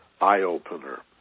eye-opener